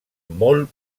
molt